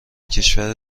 کشور